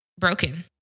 broken